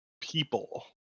people